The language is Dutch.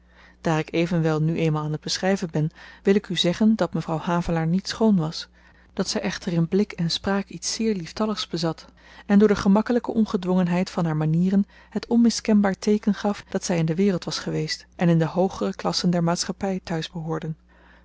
daar ik evenwel nu eenmaal aan t beschryven ben wil ik u zeggen dat mevrouw havelaar niet schoon was dat zy echter in blik en spraak iets zeer lieftalligs bezat en door de gemakkelyke ongedwongenheid van haar manieren het onmiskenbaar teeken gaf dat zy in de wereld was geweest en in de hoogere klassen der maatschappy te-huis behoorde